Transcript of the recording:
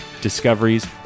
discoveries